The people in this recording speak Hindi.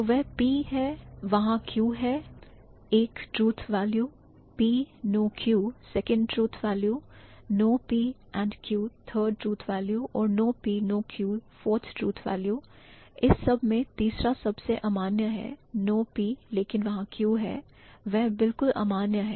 तो वह P है वहां Q है एक truth value P no Q second truth value no P and Q third truth value और no P no Q fourth truth value इस सब में तीसरा सबसे अमान्य है no P लेकिन वहां Q है वह बिलकुल अमान्य है